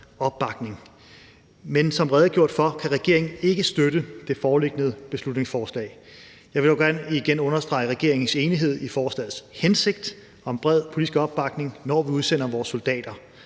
Men som redegjort for kan regeringen ikke støtte det foreliggende beslutningsforslag. Jeg vil dog gerne igen understrege regeringens enighed i forslagets hensigt om bred politisk opbakning, når vi udsender vores soldater.